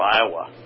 Iowa